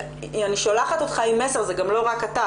אני שולחת אותך עם מסר זה לא רק אתה,